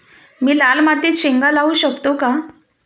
मी लाल मातीत शेंगा लावू शकतो का?